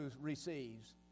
receives